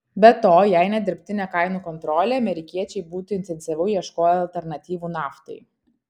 be to jei ne dirbtinė kainų kontrolė amerikiečiai būtų intensyviau ieškoję alternatyvų naftai